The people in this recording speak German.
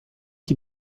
die